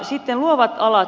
sitten luovat alat